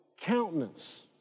countenance